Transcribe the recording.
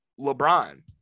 LeBron